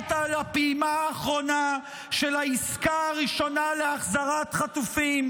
על הפעימה האחרונה של העסקה הראשונה להחזרת חטופים,